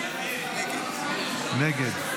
נגד.